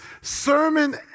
sermon